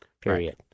period